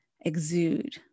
exude